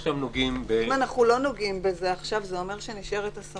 אם אנחנו לא נוגעים בזה עכשיו זה אומר שנשארת הסמכות.